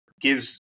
gives